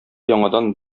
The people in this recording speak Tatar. яңадан